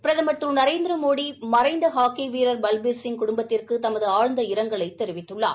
பிரதமர் திரு நரேந்திரமோடி மறைந்த ஹாக்கி வீரர் பல்பீர்சிங் குடும்பத்திற்கு ஆழ்ந்த இரங்கலை தெரிவித்துள்ளார்